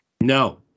No